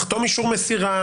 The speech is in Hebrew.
לחתום אישור מסירה.